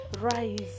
rise